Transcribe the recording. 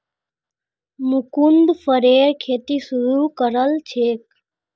मुकुन्द फरेर खेती शुरू करल छेक